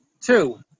Two